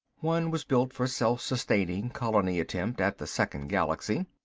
one was built for self-sustaining colony attempt at the second galaxy.